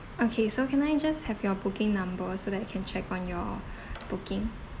okay so can I just have your booking number so that I can check on your booking